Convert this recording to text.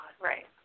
Right